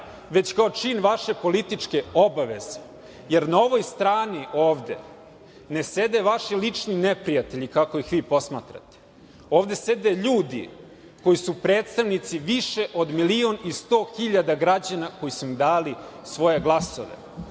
već kao čin vaše političke obaveze, jer na ovoj strani ovde ne sede vaši lični neprijatelji, kako ih vi posmatrate, ovde sede ljudi koji su predstavnici više od milion i sto hiljada građana koji su im dali svoje glasove,